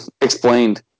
explained